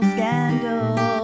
Scandal